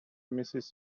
mrs